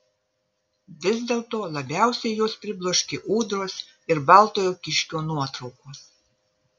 vis dėlto labiausiai juos pribloškė ūdros ir baltojo kiškio nuotraukos